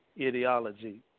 Ideology